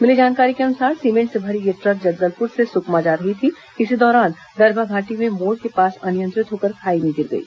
मिली जानकारी के अनुसार सीमेंट से भरी यह ट्रक जगदलपुर से सुकमा जा रही थी इसी दौरान दरभा घाटी में मोड़ के पास अनियंत्रित होकर खाई में गिर गई